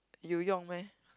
you 用 meh